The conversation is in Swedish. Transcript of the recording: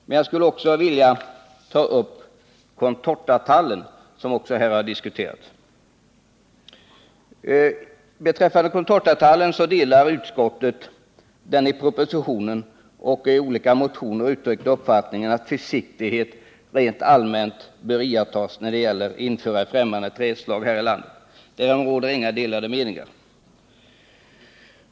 Men jag skulle också vilja ta upp contortatallen, som har diskuterats här. Beträffande contortatallen delar utskottet den i propositionen och i olika motioner uttryckta uppfattningen att försiktighet rent allmänt bör iakttas när det gäller att införa främmande trädslag här i landet. Därom råder inga delade meningar.